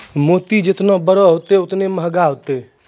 मोती जेतना बड़ो होतै, ओतने मंहगा होतै